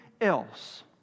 else